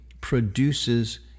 produces